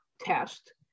test